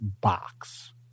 box